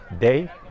Day